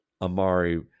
Amari